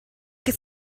che